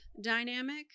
dynamic